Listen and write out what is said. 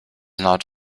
not